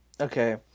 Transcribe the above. Okay